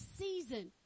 season